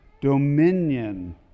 dominion